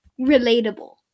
relatable